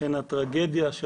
הן הטרגדיה של